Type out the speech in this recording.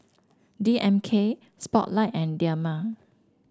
D M K Spotlight and Dilmah